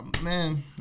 Man